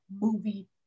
movie